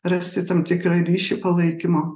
rasti tam tikrą ryšį palaikymo